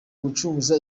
gucuruza